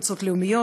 קבוצות לאומיות,